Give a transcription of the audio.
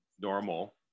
normal